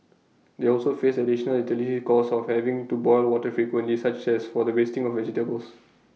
they also faced additional utilities cost of having to boil water frequently such as for the wasting of vegetables